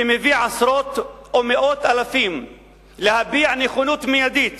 שמביא עשרות או מאות אלפים להביע נכונות מיידית